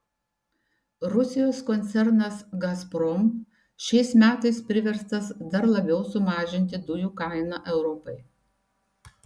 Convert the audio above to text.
rusijos koncernas gazprom šiais metais priverstas dar labiau sumažinti dujų kainą europai